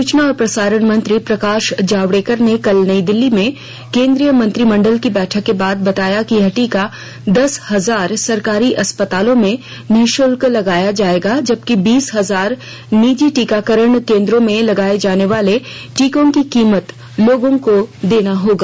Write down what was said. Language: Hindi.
सूचना और प्रसारण मंत्री प्रकाश जावडेकर ने कल नई दिल्ली में केन्द्रीय मंत्रिमंडल की बैठक के बाद बताया कि यह टीका दस हजार सरकारी अस्पतालों में निःशुल्क लगाया जायेगा जबकि बीस हजार निजी टीकाकरण केन्द्रों में लगाये जाने वाले टीकों की कीमत लोगों को देना होगा